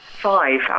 Five